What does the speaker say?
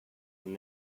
were